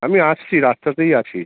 আমি আসছি রাস্তাতেই আছি